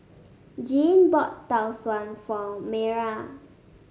Jeanne bought Tau Suan for Mayra